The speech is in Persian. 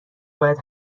باید